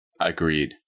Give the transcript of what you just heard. agreed